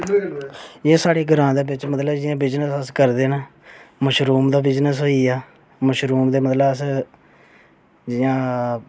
जि'यां साढ़े ग्रांऽ बिच जि'यां कि अस बिजनेस करदे न मशरूम दा बिजनेस होई गेआ मशरूम ते मतलब अस जि'यां